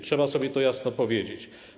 Trzeba sobie to jasno powiedzieć.